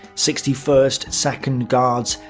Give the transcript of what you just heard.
sixty first, second guards,